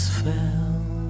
fell